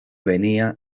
venía